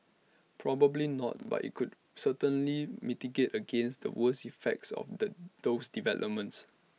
probably not but IT could certainly mitigate against the worst effects of the those developments